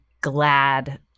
glad